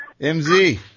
MZ